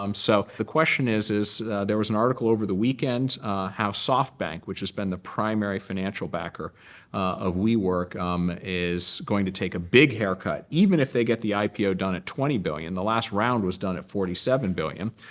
um so the question is, is there was an article over the weekend how softbank, which has been the primary financial backer of wework, um is going to take a big haircut. even if they get the ipo done at twenty billion dollars, the last round was done at forty seven billion